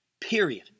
Period